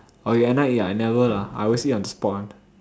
orh you at night eat ah I never lah I always eat on the spot one